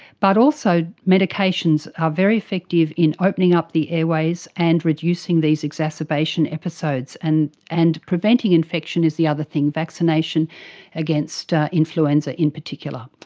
but also medications are very effective in opening up the airways and reducing these exacerbation episodes. and and preventing infection is the other thing, vaccination against influenza in particular.